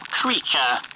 creature